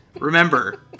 remember